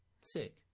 Sick